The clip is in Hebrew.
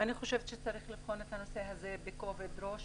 אני חושבת שצריך לבחון את הנושא הזה בכובד ראש.